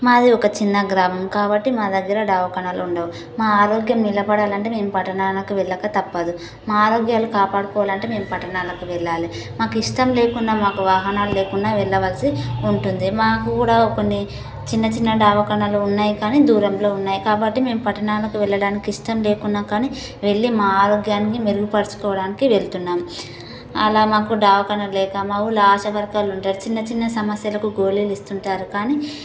మాది ఒక చిన్న గ్రామం కాబట్టి మా దగ్గర దావకానాలు ఉండవు మా ఆరోగ్యం నిలబడాలంటే మేము పట్టణాలకు వెళ్ళక తప్పదు మా ఆరోగ్యాలు కాపాడుకోవాలంటే మేము పట్టణాలకు వెళ్ళాలి మాకు ఇష్టం లేకుండా మాకు వాహనాలు లేకుండా వెళ్ళవలసి ఉంటుంది మాకు కూడా కొన్ని చిన్నచిన్న దావకానాలు ఉన్నాయి కానీ దూరంలో ఉన్నాయి కాబట్టి మేము పట్టణాలకు వెళ్ళడానికి ఇష్టం లేకున్నా కానీ వెళ్ళి మా ఆరోగ్యాన్ని మెరుగుపరచుకోవడానికి వెళ్తున్నాం అలా మాకు దావకానం లేక మా ఊళ్ళో ఆశా వర్కర్లు ఉంటారు చిన్న చిన్న సమస్యలకు గోళీలు ఇస్తుంటారు కానీ